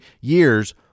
years